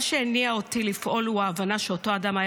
מה שהניע אותי לפעול הוא ההבנה שאותו אדם היה